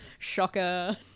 Shocker